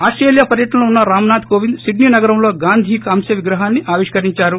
Australia పర్యటనలో ఉన్న Ramnath Kovind Sydney నగరంలో గాంధీ కాంస్య విగ్రహాన్ని ఆవిష్కరించారు